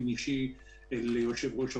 לכן אני פונה באופן אישי ליושב-ראש הוועדה